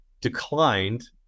declined